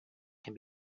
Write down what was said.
can